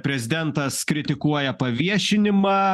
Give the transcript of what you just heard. prezidentas kritikuoja paviešinimą